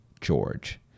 George